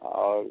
और